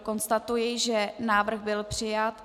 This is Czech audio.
Konstatuji, že návrh byl přijat.